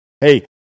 Hey